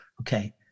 okay